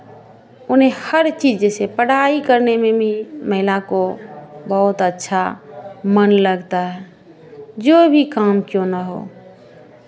उन्हें हर चीज़ जैसे पढ़ाई करने में भी महिला को बहुत अच्छा मन लगता है जो भी काम क्यों ना हो